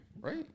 right